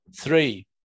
three